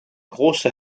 große